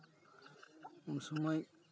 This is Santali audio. ᱩᱱᱥᱚᱢᱚᱭ